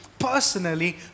Personally